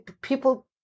People